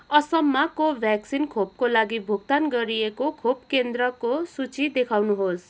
असममा कोभ्याक्सिन खोपको लागि भुक्तान गरिएको खोप केन्द्रको सूची देखाउनुहोस्